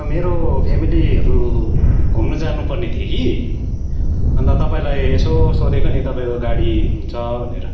मेरो फेमिलीहरू घुम्नु जानु पर्ने थियो कि अन्त तपाईँलाई यसो सोधेको नि तपाईँको गाडी हुन्छ भनेर